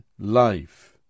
life